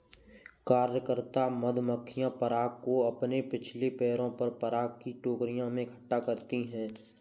कार्यकर्ता मधुमक्खियां पराग को अपने पिछले पैरों पर पराग की टोकरियों में इकट्ठा करती हैं